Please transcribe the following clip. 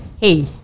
hey